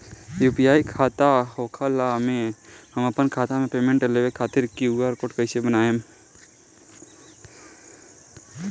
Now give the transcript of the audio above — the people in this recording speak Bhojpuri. यू.पी.आई खाता होखला मे हम आपन खाता मे पेमेंट लेवे खातिर क्यू.आर कोड कइसे बनाएम?